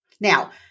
Now